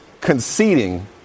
conceding